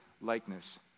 likeness